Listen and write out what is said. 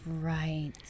right